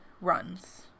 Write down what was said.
runs